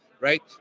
right